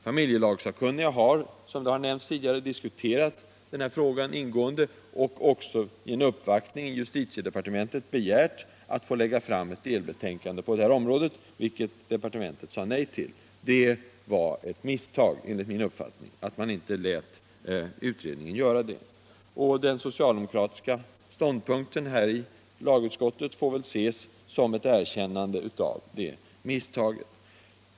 Familjelagssakkunniga har, som nämnts tidigare, diskuterat denna fråga ingående. Vid en uppvaktning i justitiedepartementet begärde utredningen att få lägga fram ett delbetänkande på detta område, men departementet sade nej. Det var ett misstag, enligt min uppfattning, att man inte lät utredningen göra det. Den socialdemokratiska ståndpunkten i lagutskottet får väl ses som ett erkännande av det misstaget.